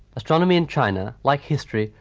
astronomy in china, like history,